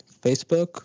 Facebook